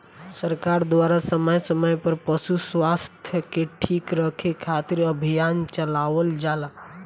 सरकार द्वारा समय समय पर पशु स्वास्थ्य के ठीक रखे खातिर अभियान चलावल जाला